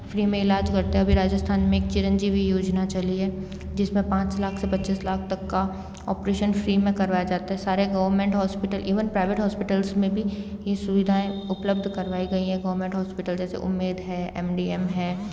free में इलाज करते है अभी राजस्थान में एक चिरंजीवी योजना चली है जिसमें पाँच लाख से पच्चीस लाख तक का ऑपरेशन फ्री में करवाया जाता है सारे government hospital even private hospitals में भी ये सुविधाएँ उपलब्ध करवाई गई है गवर्नमेंट हॉस्पिटल जैसे उमेध है एम डी एम है